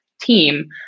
team